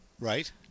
Right